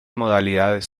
modalidades